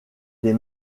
des